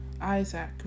Isaac